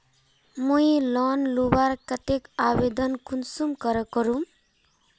मुई लोन लुबार केते आवेदन कुंसम करे करूम?